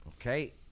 Okay